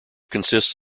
consists